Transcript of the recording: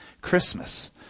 Christmas